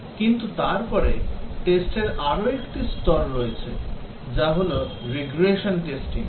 কিন্তু তারপরে টেস্টের আরও একটি স্তর রয়েছে যা হল রিগ্রেশন টেস্টিং